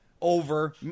over